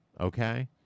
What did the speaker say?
Okay